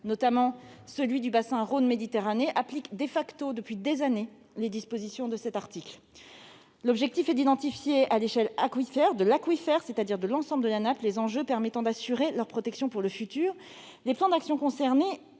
notamment celui du bassin Rhône-Méditerranée, appliquent d'ailleurs,, depuis des années les dispositions de cet article. L'objectif est d'identifier, à l'échelle de l'aquifère, c'est-à-dire de l'ensemble de la nappe, les enjeux permettant d'assurer leur protection pour le futur. Les plans d'action concernés